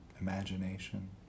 imagination